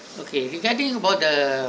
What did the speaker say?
okay regarding about the~